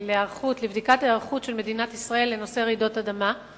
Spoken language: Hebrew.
לבדיקת ההיערכות של מדינת ישראל לרעידות אדמה,